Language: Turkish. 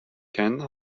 kendi